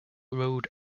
road